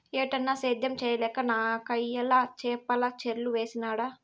ఏటన్నా, సేద్యం చేయలేక నాకయ్యల చేపల చెర్లు వేసినాడ